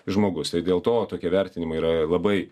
žmogus tai dėl to tokie vertinimai yra labai